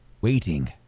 waiting